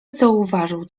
zauważył